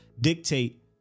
dictate